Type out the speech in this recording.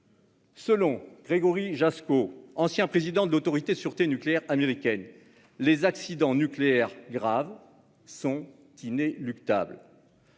Selon Gregory Jaczko, ancien président de l'Autorité de sûreté nucléaire américaine, les accidents nucléaires graves sont inéluctables.